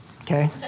okay